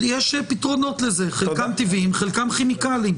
יש פתרונות לזה, חלקם טבעיים, חלקם כימיקלים.